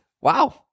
Wow